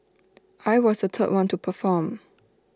I was the third one to perform